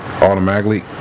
automatically